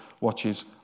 watches